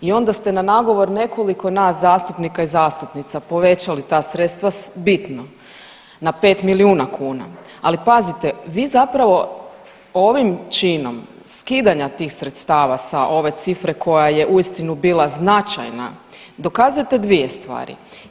I onda ste na nagovor nekoliko nas zastupnika i zastupnica povećali ta sredstva bitno na 5 milijuna kuna, ali pazite vi zapravo ovim činom skidanja tih sredstava sa ove cifre koja je uistinu bila značajna dokazujete dvije stvari.